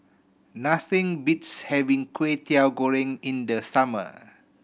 nothing beats having Kway Teow Goreng in the summer